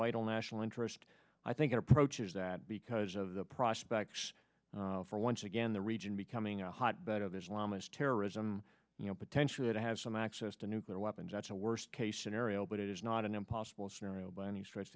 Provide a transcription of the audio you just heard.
vital national interest i think it approaches that because of the prospects for once again the region becoming a hotbed of islamist terrorism you know potentially could have some access to nuclear weapons that's a worst case scenario but it is not an impossible scenario by any stretch